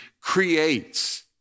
creates